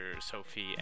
sophie